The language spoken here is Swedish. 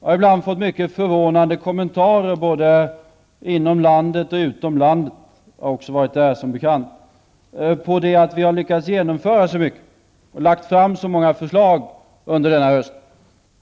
Jag har ibland fått mycket förvånande kommentarer både inom och utom landet -- jag har som bekant också varit utomlands -- om att vi har lyckats genomföra så mycket och har lagt fram så många förslag under hösten.